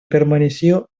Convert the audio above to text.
permaneció